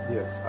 Yes